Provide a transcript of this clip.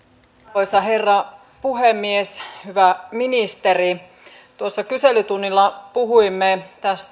arvoisa herra puhemies hyvä ministeri tuossa kyselytunnilla puhuimme